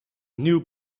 new